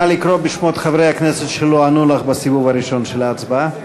נא לקרוא בשמות חברי הכנסת שלא ענו לך בסיבוב הראשון של ההצבעה.